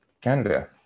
Canada